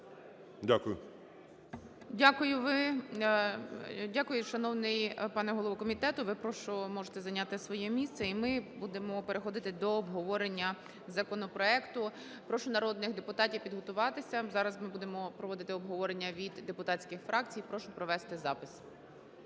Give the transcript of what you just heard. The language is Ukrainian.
Дякую, ви… Дякую, шановний пане голово комітету, ви, прошу, можете зайняти своє місце. І ми будемо переходити до обговорення законопроекту. Прошу народних депутатів підготуватися. Зараз ми будемо проводити обговорення від депутатських фракцій Прошу провести запис.